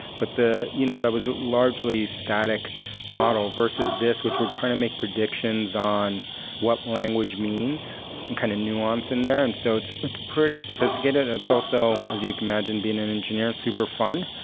but that you know and was largely static model versus this, which we're trying to make predictions on what language means and kind of nuance in there and so it's but pretty sophisticated. and it's also as you can imagine being an engineer, super-fun,